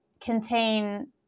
contain